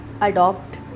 adopt